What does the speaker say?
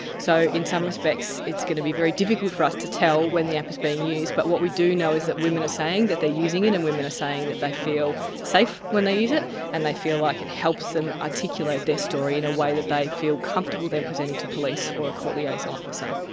so in some respects it's going to be very difficult for us to tell when the app is being used, but what we do know is that women are saying that they are using it and women are saying that they feel safe when they use it and they feel like it helps them articulate their story in a way that they feel comfortable then presenting to police or a court liaison officer.